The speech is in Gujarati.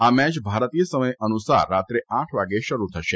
આ મેચ ભારતીય સમય અનુસાર રાત્રે આઠ વાગે ચાલુ થશે